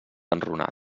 enrunat